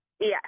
Yes